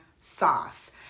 SAUCE